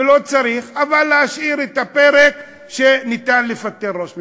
לא צריך, אבל נשאיר את הפרק שאפשר לפטר ראש ממשלה,